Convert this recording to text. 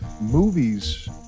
movies